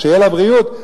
שיהיה לבריאות,